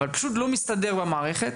אבל פשוט לא מסתדר במערכת.